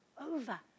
over